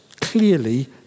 clearly